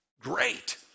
Great